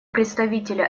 представителя